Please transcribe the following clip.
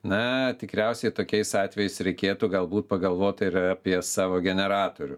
na tikriausiai tokiais atvejais reikėtų galbūt pagalvoti ir apie savo generatorių